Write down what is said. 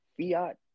fiat